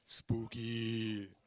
Spooky